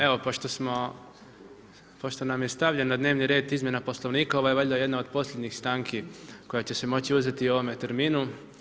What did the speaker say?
Evo pošto nam je stavljen na dnevni red izmjena Poslovnika ovo je valjda jedna od posljednjih stanki koja će se moći uzeti u ovome terminu.